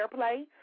airplay